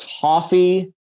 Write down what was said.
Coffee